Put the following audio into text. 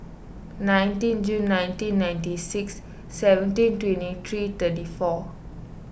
nineteen June nineteen ninety six seventeen twenty three thirty four